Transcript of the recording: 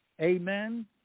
Amen